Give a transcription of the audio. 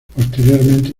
posteriormente